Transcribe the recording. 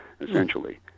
essentially